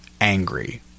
angry